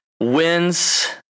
wins